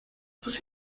você